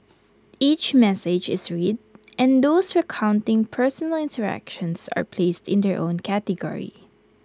each message is read and those recounting personal interactions are placed in their own category